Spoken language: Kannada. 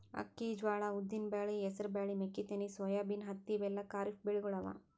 ಅಕ್ಕಿ, ಜ್ವಾಳಾ, ಉದ್ದಿನ್ ಬ್ಯಾಳಿ, ಹೆಸರ್ ಬ್ಯಾಳಿ, ಮೆಕ್ಕಿತೆನಿ, ಸೋಯಾಬೀನ್, ಹತ್ತಿ ಇವೆಲ್ಲ ಖರೀಫ್ ಬೆಳಿಗೊಳ್ ಅವಾ